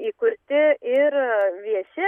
įkurti ir vieši